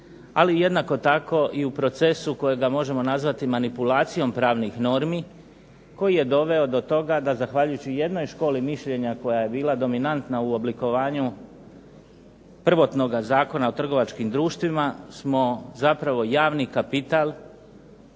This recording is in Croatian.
ali jednako tako i u procesu kojega možemo nazvati manipulacijom pravnih normi koji je doveo do toga da zahvaljujući jednoj školi mišljenja koja je bila dominantna u oblikovanju prvotnoga Zakona o trgovačkim društvima smo zapravo javni kapitali